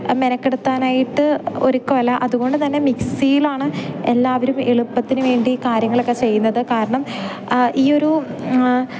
മെനക്കെടുത്താനായിട്ട് ഒരുക്കവും അല്ല അതുകൊണ്ട് തന്നെ മിക്സിയിലാണ് എല്ലാവരും എളുപ്പത്തിന് വേണ്ടി കാര്യങ്ങളൊക്കെ ചെയ്യുന്നത് കാരണം ഈ ഒരു